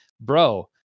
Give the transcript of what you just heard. bro